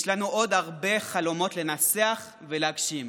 יש לנו עוד הרבה חלומות לנסח ולהגשים.